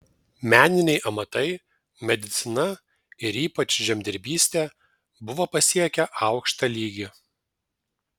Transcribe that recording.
meniniai amatai medicina ir ypač žemdirbystė buvo pasiekę aukštą lygį